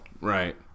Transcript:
Right